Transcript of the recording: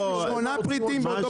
שמונה פריטים באותו מחיר.